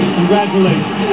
Congratulations